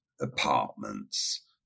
apartments